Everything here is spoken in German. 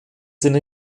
sind